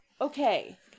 Okay